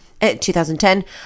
2010